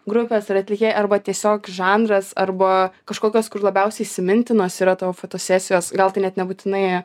grupės ar atlikėjai arba tiesiog žanras arba kažkokios kur labiausiai įsimintinos yra tavo fotosesijos gal tai net nebūtinai